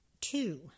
Two